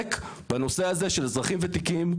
בלהתעסק בנושא הזה של אזרחים ותיקים.